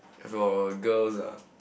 for a girls ah